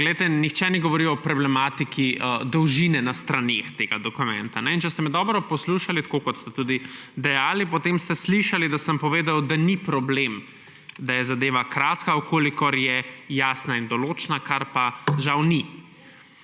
kolegici. Nihče ni govoril o problematiki dolžine strani tega dokumenta. Če ste me dobro poslušali, tako kot ste tudi dejali, potem ste slišali, da sem povedal, da ni problem, da je zadeva kratka, če je jasna in določna, kar pa žal ni.